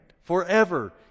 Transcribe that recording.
forever